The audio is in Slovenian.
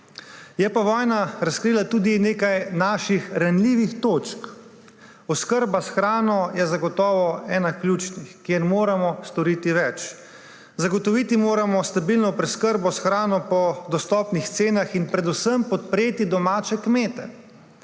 Je pa vojna razkrila tudi nekaj naših ranljivih točk. Oskrba s hrano je zagotovo ena ključnih, kjer moramo storiti več. Zagotoviti moramo stabilno preskrbo s hrano po dostopnih cenah in predvsem podpreti domače kmete.